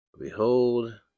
Behold